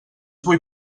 vull